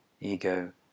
ego